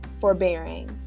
forbearing